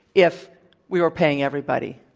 if we were paying everybody?